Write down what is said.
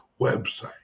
website